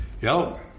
Yo